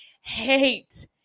hate